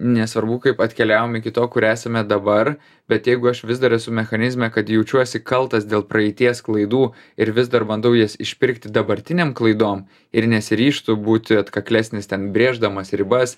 nesvarbu kaip atkeliavom iki to kur esame dabar bet jeigu aš vis dar esu mechanizme kad jaučiuosi kaltas dėl praeities klaidų ir vis dar bandau jas išpirkti dabartinėm klaidom ir nesiryžtu būti atkaklesnis ten brėždamas ribas